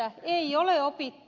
ei ole opittu